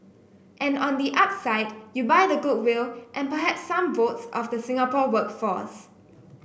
and on the upside you buy the goodwill and perhaps some votes of the Singapore workforce